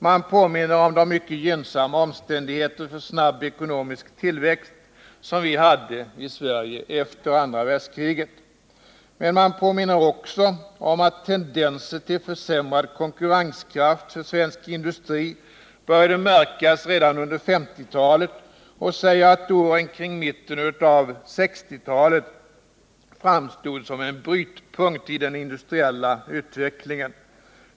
Man påminner om de mycket gynnsamma omständigheter för snabb ekonomisk tillväxt som vi hade i Sverige efter andra världskriget. Men man påminner också om att tendenser till försämrad konkurrenskraft för svensk industri började märkas redan under 1950-talet och säger att åren kring mitten av 1960-talet framstod som en brytpunkt i den industriella utvecklingen.